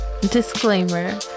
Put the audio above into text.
Disclaimer